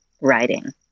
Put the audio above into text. writing